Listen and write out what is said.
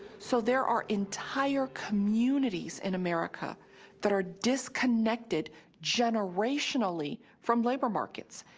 so, there are entire communities in america that are disconnected generationally from labor markets.